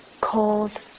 cold